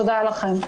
תודה לכם.